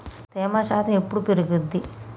తేమ శాతం ఎప్పుడు పెరుగుద్ది?